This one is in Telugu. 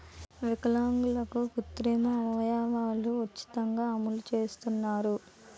విలాంగులకు కృత్రిమ అవయవాలు ఉచితంగా అమరుస్తున్నారు